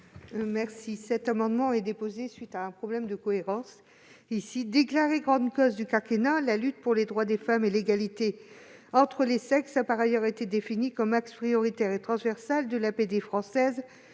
Gréaume. Cet amendement a été déposé pour résoudre un problème de cohérence. Déclarée grande cause du quinquennat, la lutte pour les droits des femmes et l'égalité entre les sexes a par ailleurs été définie comme axe prioritaire et transversal de l'APD française